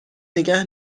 نگه